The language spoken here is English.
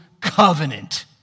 covenant